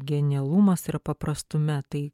genialumas yra paprastume tai